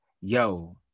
yo